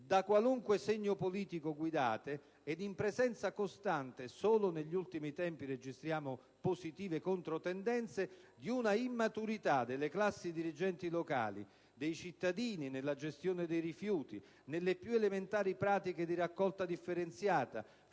da qualunque segno politico guidate, ed in presenza costante (solo negli ultimi tempi registriamo positive controtendenze) di una immaturità delle classi dirigenti locali e dei cittadini nella gestione dei rifiuti, nelle più elementari pratiche di raccolta differenziata,